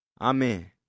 Amen